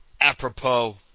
Apropos